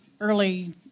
Early